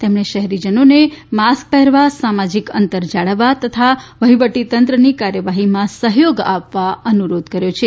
તેમણે શહેરીજનોને માસ્ક પહેરવા સામાજીક અંતર જાળવવા તથા વહીવટીતંત્રની કાર્યવાહીમાં સહયોગ આપવા અનુરોધ કર્યો છે